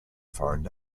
foreign